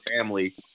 family